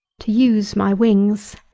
to use my wings.